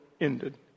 ended